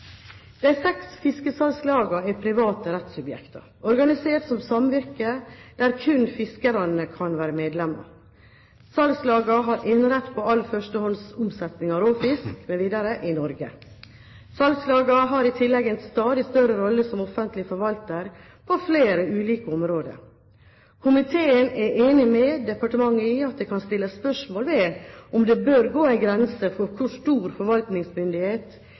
seks fiskesalgslagene er private rettssubjekter, organisert som samvirke der kun fiskere kan være medlemmer. Salgslagene har enerett på all førstehånds omsetning av råfisk mv. i Norge. Salgslagene har i tillegg en stadig større rolle som offentlig forvalter på flere ulike områder. Komiteen er enig med departementet i at det kan stilles spørsmål ved om det bør gå en grense for hvor stor forvaltningsmyndighet